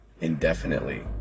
indefinitely